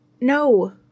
no